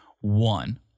one